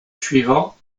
suivant